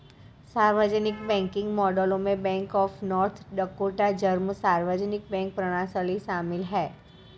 सार्वजनिक बैंकिंग मॉडलों में bank of North Dakota German सार्वजनिक बैंक प्रणाली शामिल है